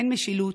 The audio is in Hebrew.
אין משילות,